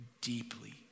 deeply